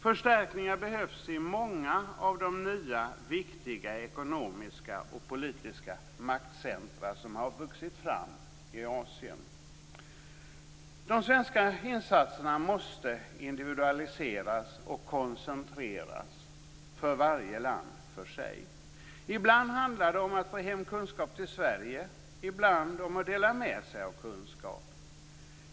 Förstärkningar behövs i många av de nya viktiga ekonomiska och politiska maktcentrum som har vuxit fram i Asien. De svenska insatserna måste individualiseras och koncentreras - för varje land för sig. Ibland handlar det om att få hem kunskap till Sverige, ibland om att dela med sig av kunskap.